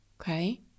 okay